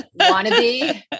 wannabe